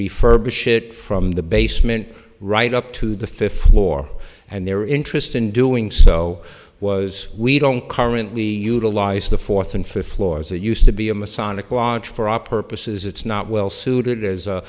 refurbish it from the basement right up to the fifth floor and their interest in doing so was we don't currently utilize the fourth and fifth floors they used to be a masonic lodge for our purposes it's not well suited as a